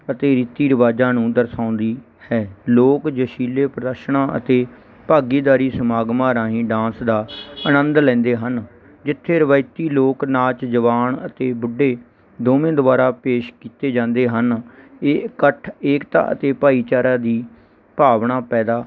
ਅਤੇ ਰੀਤੀ ਰਿਵਾਜ਼ਾਂ ਨੂੰ ਦਰਸਾਉਂਦੀ ਹੈ ਲੋਕ ਜੋਸ਼ੀਲੇ ਪ੍ਰਦਰਸ਼ਨਾਂ ਅਤੇ ਭਾਗੀਦਾਰੀ ਸਮਾਗਮਾਂ ਰਾਹੀਂ ਡਾਂਸ ਦਾ ਆਨੰਦ ਲੈਂਦੇ ਹਨ ਜਿੱਥੇ ਰਵਾਇਤੀ ਲੋਕ ਨਾਚ ਜਵਾਨ ਅਤੇ ਬੁੱਢੇ ਦੋਵੇਂ ਦੁਆਰਾ ਪੇਸ਼ ਕੀਤੇ ਜਾਂਦੇ ਹਨ ਇਹ ਇਕੱਠ ਏਕਤਾ ਅਤੇ ਭਾਈਚਾਰਾ ਦੀ ਭਾਵਨਾ ਪੈਦਾ